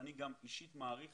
ואני אישית מעריך